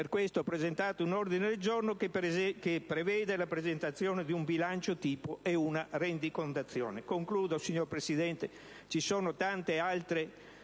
Per questo ho presentato un ordine del giorno che prevede la presentazione di un bilancio tipo e una rendicontazione.